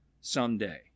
someday